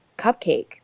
cupcake